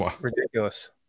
ridiculous